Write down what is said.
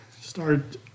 start